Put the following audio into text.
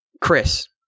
Chris